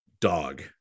dog